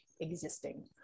existing